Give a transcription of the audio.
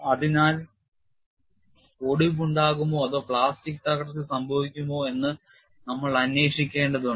അതിനാൽ ഒടിവുണ്ടാകുമോ അതോ പ്ലാസ്റ്റിക് തകർച്ച സംഭവിക്കുമോ എന്ന് നമ്മൾ അന്വേഷിക്കേണ്ടതുണ്ട്